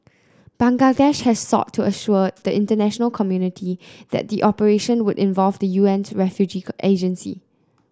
Bangladesh has sought to assure the international community that the operation would involve the U N's refugee agency